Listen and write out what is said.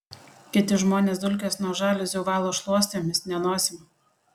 kiti žmonės dulkes nuo žaliuzių valo šluostėmis ne nosim